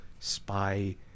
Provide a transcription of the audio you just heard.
Spy